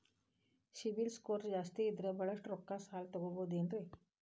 CIBIL score ಜಾಸ್ತಿ ಇದ್ರ ಬಹಳಷ್ಟು ರೊಕ್ಕ ಸಾಲ ತಗೋಬಹುದು ಏನ್ರಿ?